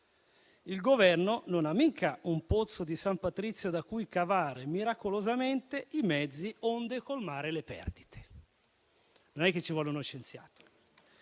Il Governo non ha mica un pozzo di San Patrizio da cui cavare miracolosamente i mezzi onde colmare le perdite; non è che ci vuole uno scienziato.